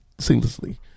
seamlessly